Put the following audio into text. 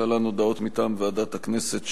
להלן הודעות מטעם ועדת הכנסת,